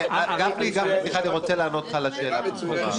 --- גפני, אני רוצה לענות לך על השאלה במקומה.